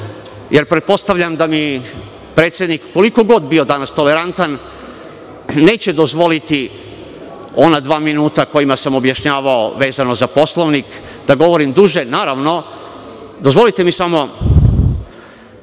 pojedinačno. Pretpostavljam da mi predsednik, koliko god bio danas tolerantan, neće dozvoliti ona dva minuta kojima sam objašnjavao vezano za Poslovnik, da govorim duže, dozvolite mi samo,